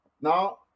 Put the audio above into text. Now